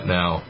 now